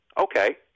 Okay